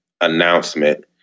announcement